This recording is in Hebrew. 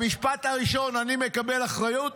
במשפט הראשון: אני מקבל אחריות,